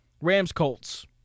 Rams-Colts